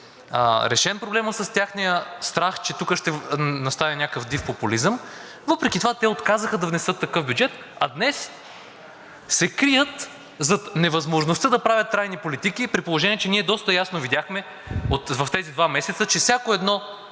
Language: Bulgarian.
решен проблемът с техния страх, че тук ще настане някакъв див популизъм, въпреки това те отказаха да внесат такъв бюджет, а днес се крият зад невъзможността да правят трайни политики, при положение че ние доста ясно видяхме в тези два месеца, че всяко едно